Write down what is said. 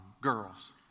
girls